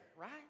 right